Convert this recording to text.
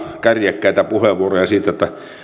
kärjekkäitä puheenvuoroja siitä